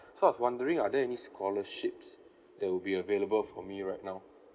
so I was wondering are there any scholarships that will be available for me right now